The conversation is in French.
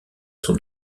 sont